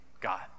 God